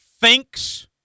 thinks